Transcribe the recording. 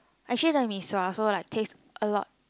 actually the mee-sua also like taste a lot